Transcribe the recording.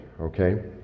okay